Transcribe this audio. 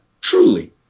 Truly